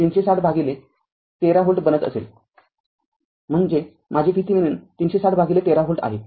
ते ३६० भागिले १३ व्होल्ट बनत असेल म्हणजे माझे VThevenin ३६० भागिले १३ व्होल्ट आहे